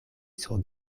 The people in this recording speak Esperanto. sur